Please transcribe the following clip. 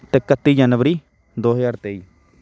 ਅਤੇ ਇਕੱਤੀ ਜਨਵਰੀ ਦੋ ਹਜ਼ਾਰ ਤੇਈ